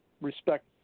respect